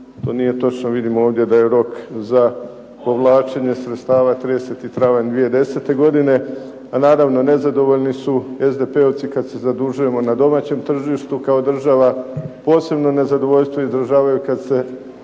To nije točno. Vidimo ovdje da je rok za povlačenje sredstava 30. travanj 2010. godine, a naravno nezadovoljni su SDP-ovci kad se zadužujemo na domaćem tržištu kao država, posebno nezadovoljstvo izražavaju kad se